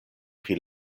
pri